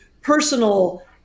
personal